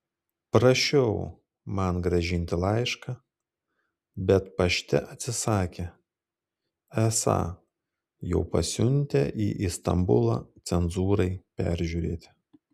prašiau man grąžinti laišką bet pašte atsisakė esą jau pasiuntę į istambulą cenzūrai peržiūrėti